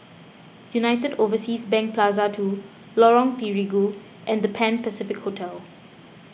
United Overseas Bank Plaza two Lorong Terigu and the Pan Pacific Hotel